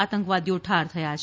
આતંકવાદીઓ ઠાર થયા છે